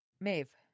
Maeve